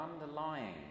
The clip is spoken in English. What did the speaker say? underlying